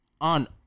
on